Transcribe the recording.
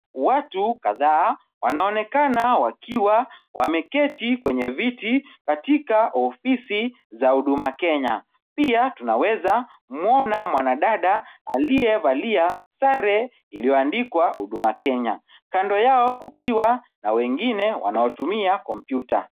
Watu kadhaa wanaonekana wakiwa wameketi kwenye viti katika ofisi za huduma Kenya. Pia tunawezamuona mwanadada aliyevalia sare iliyoandikwa huduma Kenya. Kando yao kukiwa na wengine wanaotumia komputa.